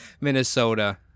Minnesota